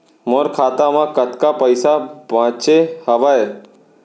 मोर खाता मा कतका पइसा बांचे हवय?